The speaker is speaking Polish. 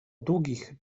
długich